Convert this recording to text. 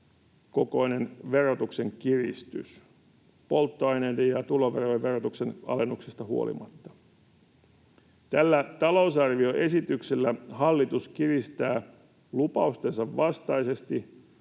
kokoinen verotuksen kiristys polttoaineiden ja tuloverojen verotuksen alennuksesta huolimatta. Tällä talousarvioesityksellä hallitus kiristää lupaustensa vastaisesti